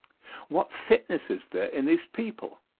what fitness is there in these people?